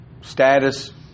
status